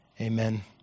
amen